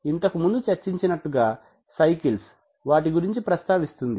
ఇంతకుముందు చర్చించినట్లుగా సైకిల్స్ వాటి గురించి ప్రస్తావిస్తుంది